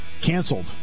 canceled